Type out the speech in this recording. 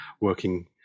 working